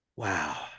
wow